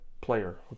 player